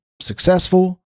successful